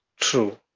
True